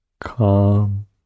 calm